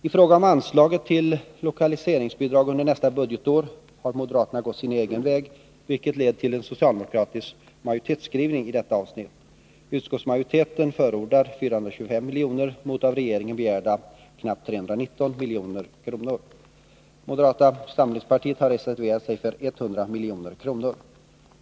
I fråga om anslaget till lokaliseringsbidrag under nästa budgetår har moderaterna gått sin egen väg, vilket lett till socialdemokratisk majoritetsskrivning i det avsnittet. Utskottsmajoriteten förordar 425 milj.kr. mot av regeringen begärda knappt 319 milj.kr. Moderata samlingspartiet har reserverat sig för 100 milj.kr.